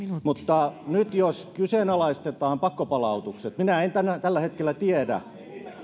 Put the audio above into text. mutta nyt jos kyseenalaistetaan pakkopalautukset minä en tällä hetkellä tiedä